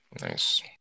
Nice